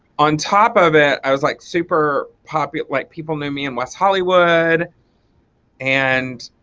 on top of it i was like super popular like people knew me in west hollywood and